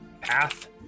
path